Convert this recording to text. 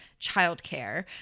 childcare